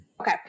Okay